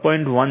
1 openflow 1